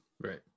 Right